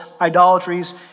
idolatries